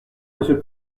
monsieur